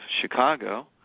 Chicago